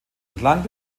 entlang